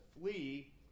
flee